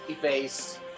face